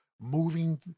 moving